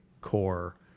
core